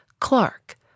Clark